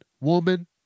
woman